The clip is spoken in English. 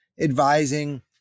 advising